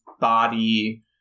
body –